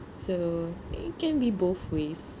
so it can be both ways